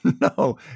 no